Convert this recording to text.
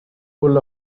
full